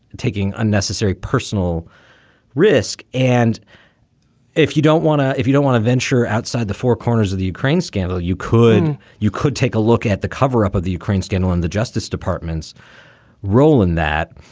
taking unnecessary personal risk. and if you don't want to if you don't want to venture outside the four corners of the ukraine scandal, you could you could take a look at the cover up of the ukraine scandal and the justice department's role in that.